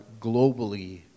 globally